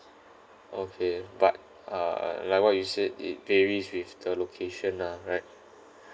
okay but uh uh like what you said it varies with the location nah right